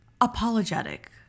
apologetic